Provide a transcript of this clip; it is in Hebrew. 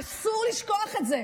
אסור לשכוח את זה.